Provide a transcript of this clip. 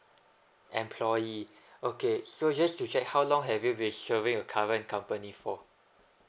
employee okay so just to check how long have you been serving your current company for